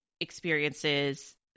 experiences